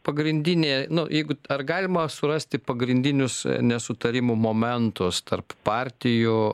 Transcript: pagrindinė nu jeigu ar galima surasti pagrindinius nesutarimų momentus tarp partijų